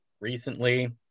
recently